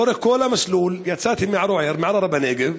לאורך כל המסלול, יצאתי מערוער, מערערה בנגב,